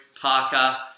Parker